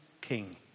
King